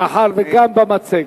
מאחר שגם במצגת,